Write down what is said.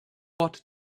what